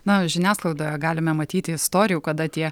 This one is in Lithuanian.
na žiniasklaidoje galime matyti istorijų kada tie